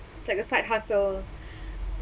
it's like a side hustle